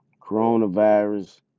coronavirus